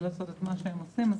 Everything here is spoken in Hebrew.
לעשות את מה שהם עושים.